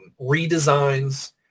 redesigns